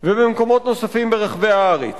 ובמקומות נוספים ברחבי הארץ.